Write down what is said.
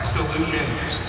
Solutions